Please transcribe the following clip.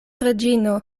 reĝino